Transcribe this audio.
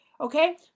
Okay